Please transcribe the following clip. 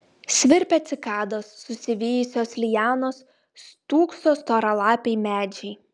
svirpia cikados susivijusios lianos stūkso storalapiai medžiai